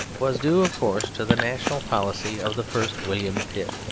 was due, of course, to the national policy of the first william pitt.